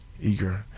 eager